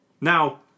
Now